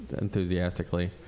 enthusiastically